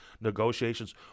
negotiations